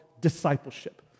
discipleship